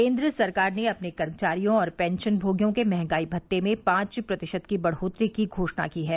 केन्द्र सरकार ने अपने कर्मचारियों और पेंशनमोगियों के महंगाई भत्ते में पांच प्रतिशत की बढ़ोतरी की घोषणा की है